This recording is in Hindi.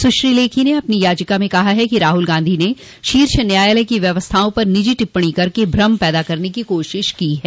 सुश्री लेखी ने अपनी याचिका में कहा ह कि राहुल गांधी ने शीर्ष न्यायालय की व्यवस्थाओं पर निजी टिप्पणी करके भ्रम पैदा करने की कोशिश की है